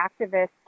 activists